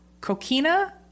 coquina